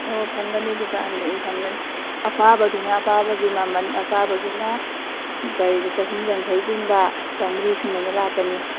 ꯑꯣ ꯐꯪꯒꯅꯤ ꯗꯨꯀꯥꯟꯗ ꯎꯝ ꯐꯪꯒꯅꯤ ꯑꯄꯥꯕꯗꯨꯅ ꯑꯄꯥꯕꯒꯤ ꯃꯃꯟ ꯑꯄꯥꯕꯗꯨꯅ ꯀꯔꯤꯗ ꯆꯍꯨꯝ ꯌꯥꯡꯈꯩꯒꯨꯝꯕ ꯆꯥꯝꯔꯤ ꯁꯨꯃꯥꯏꯅ ꯂꯥꯛꯀꯅꯤ